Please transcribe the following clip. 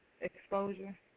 exposure